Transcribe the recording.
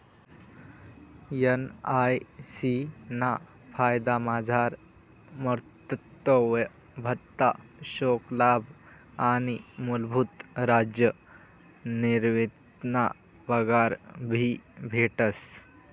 NIC ना फायदामझार मातृत्व भत्ता, शोकलाभ आणि मूलभूत राज्य निवृतीना पगार भी भेटस